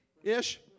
Ish